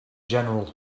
general